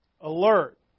alert